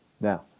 Now